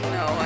no